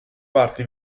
parti